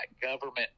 government